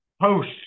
post